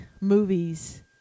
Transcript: movies